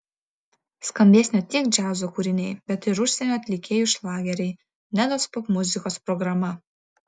skambės ne tik džiazo kūriniai bet ir užsienio atlikėjų šlageriai nedos popmuzikos programa